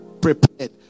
prepared